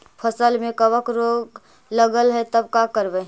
फसल में कबक रोग लगल है तब का करबै